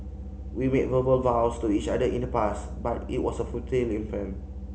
we made verbal vows to each other in the past but it was a futile